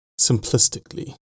simplistically